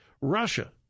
Russia